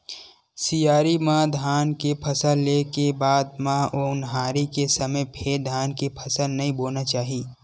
सियारी म धान के फसल ले के बाद म ओन्हारी के समे फेर धान के फसल नइ बोना चाही